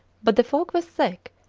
but the fog was thick,